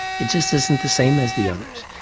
it just isn't the same as the others.